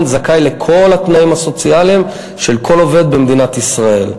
זכאי לכל התנאים הסוציאליים של כל עובד במדינת ישראל.